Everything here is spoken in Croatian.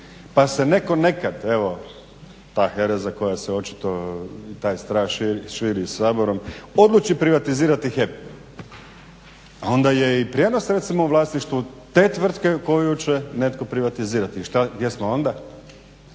pa se netko nekad, evo ta HERA za koju se očito taj strah širi Saborom odluči privatizirati HEP a onda je i prijenos recimo u vlasništvu te tvrtke koju će netko privatizirati. I što, gdje smo onda?